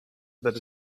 that